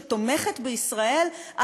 שתומכת בישראל,